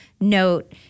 note